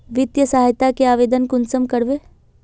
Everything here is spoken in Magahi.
वित्तीय सहायता के आवेदन कुंसम करबे?